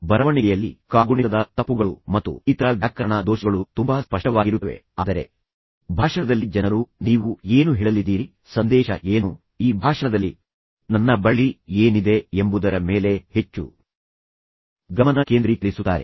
ಬರವಣಿಗೆಯಲ್ಲಿ ಕಾಗುಣಿತದ ತಪ್ಪುಗಳು ಮತ್ತು ಇತರ ವ್ಯಾಕರಣ ದೋಷಗಳು ತುಂಬಾ ಸ್ಪಷ್ಟವಾಗಿರುತ್ತವೆ ಆದರೆ ಭಾಷಣದಲ್ಲಿ ಜನರು ನೀವು ಏನು ಹೇಳಲಿದ್ದೀರಿ ಸಂದೇಶ ಏನು ಈ ಭಾಷಣದಲ್ಲಿ ನನ್ನ ಬಳಿ ಏನಿದೆ ಎಂಬುದರ ಮೇಲೆ ಹೆಚ್ಚು ಗಮನ ಕೇಂದ್ರೀಕರಿಸುತ್ತಾರೆ